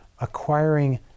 acquiring